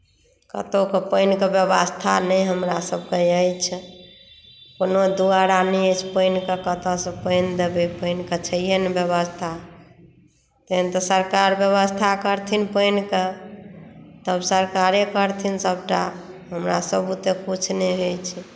कतहुक पानिके व्यवस्था नहि हमरासभके अछि कोनो द्वारा नहि अछि पानिके कतहुसँ पानि देबै पानिके छैहे नहि व्यवस्था तखन तऽ सरकार व्यवस्था करथिन पानिके तब सरकारे करथिन सभटा हमरासभ बुतै कुछ नहि होइत छै